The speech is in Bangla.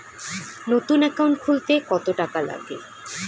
নতুন একাউন্ট খুলতে কত টাকা লাগে?